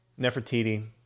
Nefertiti